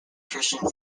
christian